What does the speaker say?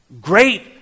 great